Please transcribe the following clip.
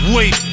Wait